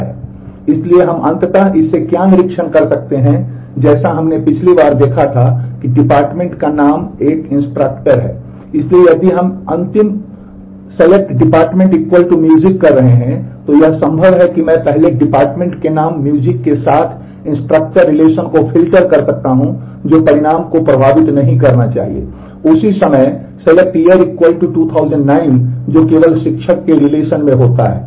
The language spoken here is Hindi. इसलिए हम अंततः इससे क्या निरीक्षण कर सकते हैं जैसा कि हमने पिछली बार देखा था कि डिपार्टमेंट है